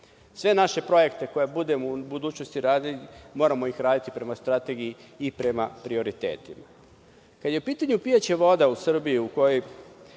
Sve naše projekte koje budemo u budućnosti radili, moramo ih raditi prema strategiji i prema prioritetima. Kada je u pitanju pijaća voda u Srbiji, u